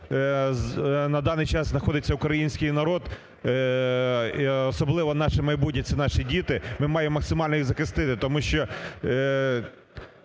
на даний час знаходиться український народ, особливо наше майбутнє – це наші діти, ми маємо максимально їх захистити. Тому що